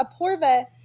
Aporva